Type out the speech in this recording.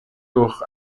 durch